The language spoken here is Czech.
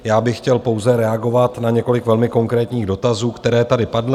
Já bych chtěl pouze reagovat na několik velmi konkrétních dotazů, které tady padly.